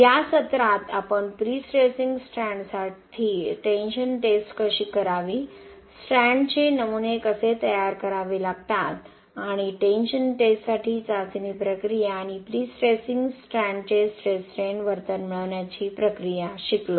या सत्रात आपण प्रीस्ट्रेसिंग स्ट्रँडसाठी टेंशन टेस्ट कशी करावी स्ट्रँडचे नमुने कसे तयार करावे लागतात आणि टेन्शन टेस्टसाठी चाचणी प्रक्रिया आणि प्रीस्ट्रेसिंग स्ट्रँडचे स्ट्रेस स्ट्रॅन वर्तन मिळविण्याची प्रक्रिया शिकलो